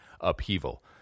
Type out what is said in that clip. upheaval